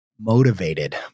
motivated